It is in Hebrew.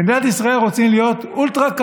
במדינת ישראל רוצים להיות אולטרה-קפיטליסטים,